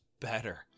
better